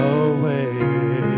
away